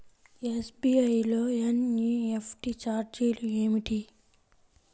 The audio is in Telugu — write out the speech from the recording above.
ఎస్.బీ.ఐ లో ఎన్.ఈ.ఎఫ్.టీ ఛార్జీలు ఏమిటి?